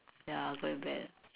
ya quite bad